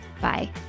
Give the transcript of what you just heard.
Bye